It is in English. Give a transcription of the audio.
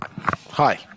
hi